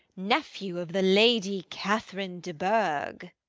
nephew of the lady catherine de bourg?